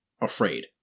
afraid